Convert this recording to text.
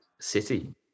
city